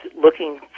looking